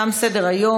תם סדר-היום.